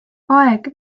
aeg